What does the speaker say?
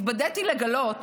התבדיתי לגלות